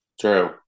True